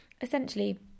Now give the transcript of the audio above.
essentially